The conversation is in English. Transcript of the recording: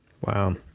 Wow